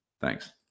Thanks